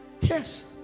Yes